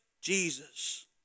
Jesus